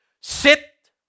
sit